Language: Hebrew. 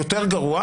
יותר גרוע,